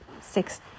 six